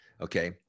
okay